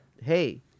hey